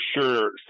sure